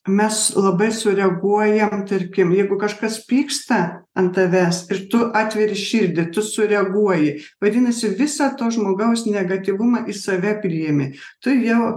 mes labai sureaguojam tarkim jeigu kažkas pyksta ant tavęs ir tu atveri širdį tu sureaguoji vadinasi visą to žmogaus negatyvumą į save priimi tu jau